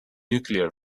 nuclear